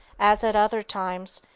as at other times,